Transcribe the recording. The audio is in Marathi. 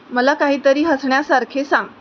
मला काहीतरी हसण्यासारखे सांग